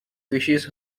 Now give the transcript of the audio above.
wishes